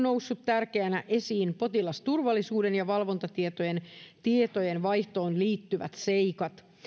nousseet tärkeänä esiin potilasturvallisuuteen ja valvontatietojen vaihtoon liittyvät seikat